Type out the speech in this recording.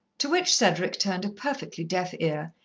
to which cedric turned a perfectly deaf ear,